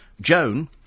Joan